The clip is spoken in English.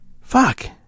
fuck